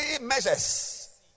measures